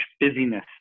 busyness